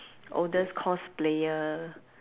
oldest cosplayer